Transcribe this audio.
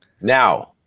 Now